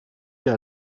der